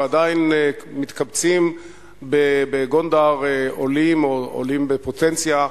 ועדיין מתקבצים בגונדר עולים או עולים בפוטנציה,